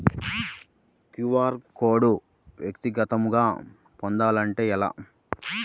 QR code వ్యక్తిగతంగా పొందాలంటే ఎలా?